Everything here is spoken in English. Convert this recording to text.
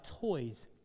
toys